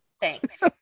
Thanks